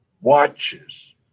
watches